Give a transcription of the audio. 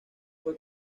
fue